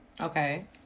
okay